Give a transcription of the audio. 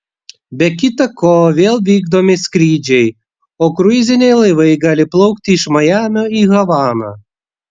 be kita ko vėl vykdomi skrydžiai o kruiziniai laivai gali plaukti iš majamio į havaną